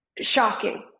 shocking